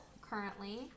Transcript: currently